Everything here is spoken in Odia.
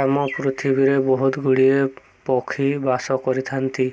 ଆମ ପୃଥିବୀରେ ବହୁତ ଗୁଡ଼ିଏ ପକ୍ଷୀ ବାସ କରିଥାନ୍ତି